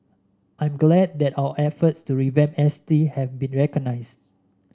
I'm glad that our efforts to revamp S T have been recognised